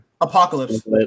Apocalypse